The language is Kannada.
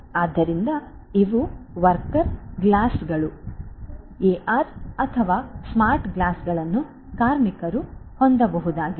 ಆದ್ದರಿಂದ ಇವು ವರ್ಕರ್ ಗ್ಲಾಸ್ಗಳು ಎಆರ್ ಅಥವಾ ಸ್ಮಾರ್ಟ್ ಗ್ಲಾಸ್ಗಳನ್ನು ಕಾರ್ಮಿಕರು ಹೊಂದಬಹುದಾಗಿದೆ